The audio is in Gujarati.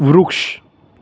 વૃક્ષ